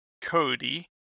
Cody